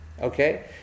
okay